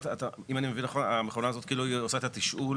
אם אני מבין נכון, המכונה הזאת עושה את התשאול?